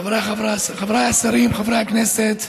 חבריי השרים, חברי הכנסת,